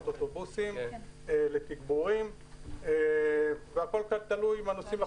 אוטובוסים לתגבורים והכול תלוי בנוסעים,